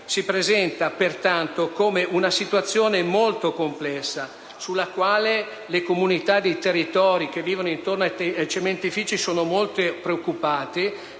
si presenta pertanto come una situazione molto complessa, della quale le comunità dei territori che vivono intorno ai cementifici sono molto preoccupate.